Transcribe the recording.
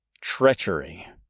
Treachery